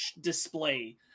display